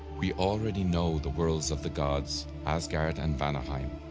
we already know the worlds of the gods, asgard and vanaheim,